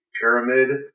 pyramid